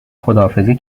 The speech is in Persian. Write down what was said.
خداحافظی